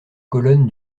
colonne